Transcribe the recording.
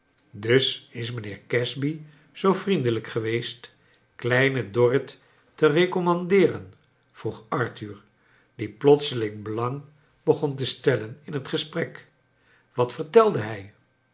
dus is mijnheer casby zoo vriendelijk geweest kleine dorr it te reoommandeeren vroeg arthur die plotseling belang begon te stellen in het gesprek wat vertelde hij